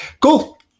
cool